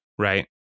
Right